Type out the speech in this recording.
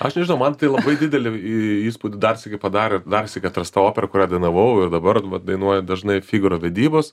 aš nežinau man tai labai didelį įspūdį dar sykį padarė darsyk atrasta opera kurią dainavau ir dabar vat dainuoju dažnai figaro vedybos